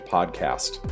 Podcast